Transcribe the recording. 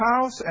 house